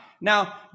Now